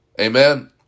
Amen